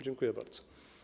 Dziękuję bardzo.